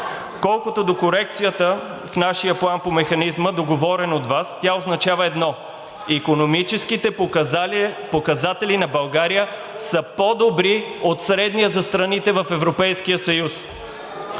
Колкото до корекцията в нашия план по Механизма, договорен от Вас, тя означава едно – икономическите показатели на България са по добри от средния за страните в Европейския съюз.